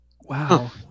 wow